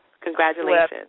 Congratulations